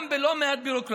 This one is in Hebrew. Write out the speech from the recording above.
גם עם לא מעט ביורוקרטיה,